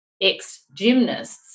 ex-gymnasts